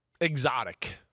exotic